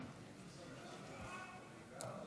סעיף